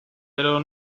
pero